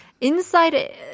Inside